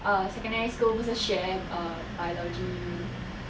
err secondary school 不是学 err biology